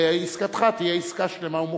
ועסקתך תהיה עסקה שלמה ומוחלטת.